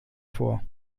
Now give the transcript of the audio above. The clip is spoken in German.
vor